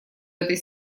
этой